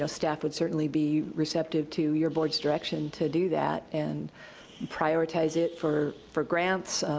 so staff would certainly be receptive to your board's direction to do that. and prioritize it for for grants,